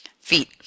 feet